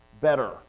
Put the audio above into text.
better